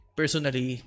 personally